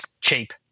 cheap